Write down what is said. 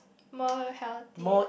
more healthy